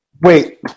Wait